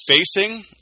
facing